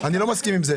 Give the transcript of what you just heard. אני לא מסכים עם זה.